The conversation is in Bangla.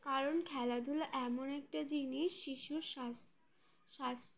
কারণ খেলাধুলা এমন একটা জিনিস শিশুর শ্বাস স্বাস্থ্য